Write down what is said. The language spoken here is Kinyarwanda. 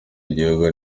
y’igihugu